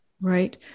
Right